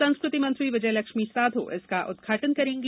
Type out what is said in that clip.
संस्कृति मत्री विजयलक्ष्मी साधौ इसका उद्घाटन करेंगी